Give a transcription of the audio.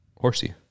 horsey